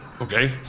Okay